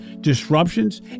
disruptions